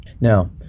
Now